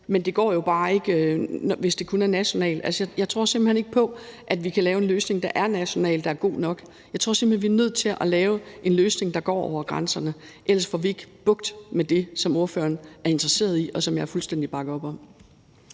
Men det går jo bare ikke, hvis det kun er nationalt. Jeg tror simpelt hen ikke på, at vi kan lave en løsning, der er national, der er god nok. Jeg tror simpelt hen, vi er nødt til at lave en løsning, der går over grænserne. Ellers får vi ikke bugt med det, som ordføreren er interesseret i at få bugt med, hvad jeg fuldstændig bakker op om.